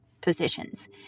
positions